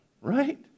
right